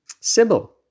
Sybil